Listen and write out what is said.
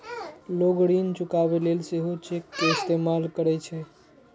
लोग ऋण चुकाबै लेल सेहो चेक के इस्तेमाल करै छै